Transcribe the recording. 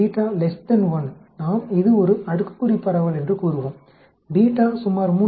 1 நாம் இது ஒரு அடுக்குக்குறி பரவல் என்று கூறுவோம் சுமார் 3